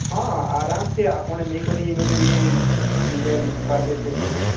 ହଁ ଆରାମ ସେ ଆପଣ ନେଇକରି ବି ନିଜେ ବିକି ପାରିବେ ସେଠାରେ